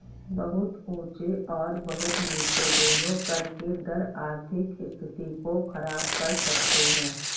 बहुत ऊँचे और बहुत नीचे दोनों कर के दर आर्थिक स्थिति को ख़राब कर सकते हैं